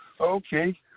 Okay